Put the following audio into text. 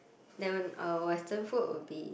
never uh Western food will be